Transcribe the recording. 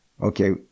okay